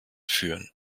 führen